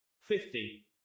Fifty